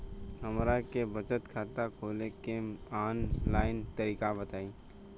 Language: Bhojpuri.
हमरा के बचत खाता खोले के आन लाइन तरीका बताईं?